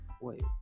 wait